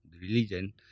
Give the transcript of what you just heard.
religion